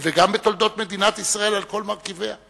וגם בתולדות מדינת ישראל על כל מרכיביה.